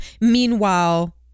Meanwhile